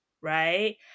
right